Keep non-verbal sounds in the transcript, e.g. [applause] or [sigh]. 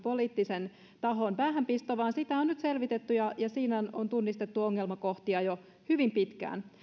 [unintelligible] poliittisen tahon päähänpisto vaan sitä on nyt selvitetty ja siinä on tunnistettu ongelmakohtia jo hyvin pitkään